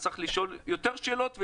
אז צריך לשאול יותר שאלות,